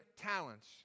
talents